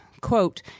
quote